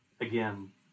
again